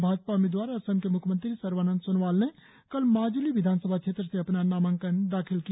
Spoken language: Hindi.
भाजपा उम्मीदवार और असम के म्ख्यमंत्री सर्बानंद सोनोवाल ने कल माजुली विधान सभा क्षेत्र से अपना नामांकन पत्र दाखिल किया